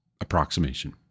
approximation